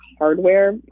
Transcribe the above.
hardware